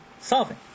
solving